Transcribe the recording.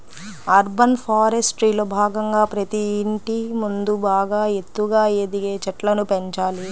urban ఫారెస్ట్రీలో భాగంగా ప్రతి ఇంటి ముందు బాగా ఎత్తుగా ఎదిగే చెట్లను పెంచాలి